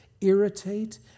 irritate